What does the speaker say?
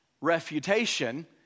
refutation